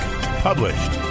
published